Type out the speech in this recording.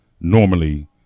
normally